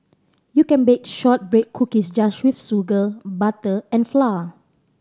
you can bake shortbread cookies just with sugar butter and flour